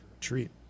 treat